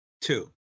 two